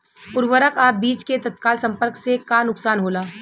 उर्वरक अ बीज के तत्काल संपर्क से का नुकसान होला?